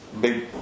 big